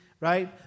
right